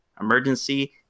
emergency